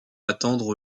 attendre